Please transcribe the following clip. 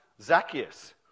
Zacchaeus